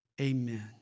Amen